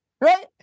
right